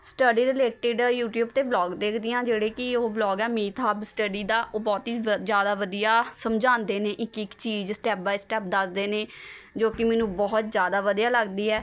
study related YouTube 'ਤੇ vlog ਦੇਖਦੀ ਹਾਂ ਜਿਹੜੀ ਕਿ ਉਹ ਵਲੋਗ ਹੈ ਮੀਥ ਹਬ ਸਟੱਡੀ ਦਾ ਉਹ ਬਹੁਤ ਹੀ ਜ਼ਿਆਦਾ ਵਧੀਆ ਸਮਝਾਉਂਦੇ ਨੇ ਇੱਕ ਇੱਕ ਚੀਜ਼ ਸਟੈਪ ਬਾਏ ਸਟੈਪ ਦੱਸਦੇ ਨੇ ਜੋ ਕਿ ਮੈਨੂੰ ਬਹੁਤ ਜ਼ਿਆਦਾ ਵਧੀਆ ਲਗਦੀ ਹੈ